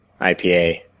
IPA